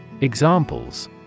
Examples